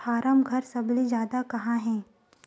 form घर सबले जादा कहां हे